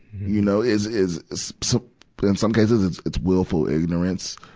you know? is, is, so in some cases, it's, it's willful ignorance,